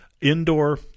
indoor